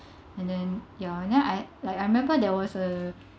and then ya and then I like I remember there was a